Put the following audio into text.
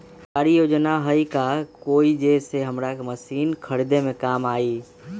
सरकारी योजना हई का कोइ जे से हमरा मशीन खरीदे में काम आई?